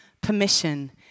permission